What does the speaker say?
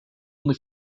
only